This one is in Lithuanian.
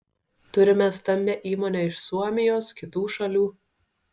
turime stambią įmonę iš suomijos kitų šalių